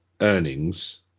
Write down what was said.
earnings